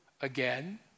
Again